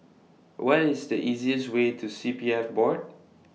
What IS The easiest Way to C P F Board